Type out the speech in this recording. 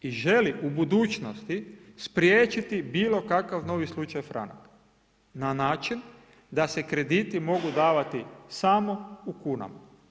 I želi u budućnosti spriječiti bilo kakav novi slučaj franak na način da se krediti mogu davati samo u kunama.